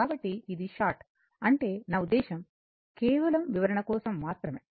కాబట్టి ఇది షార్ట్ అంటే నా ఉద్దేశం కేవలం వివరణ కోసం మాత్రమే